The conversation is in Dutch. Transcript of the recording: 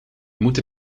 moeten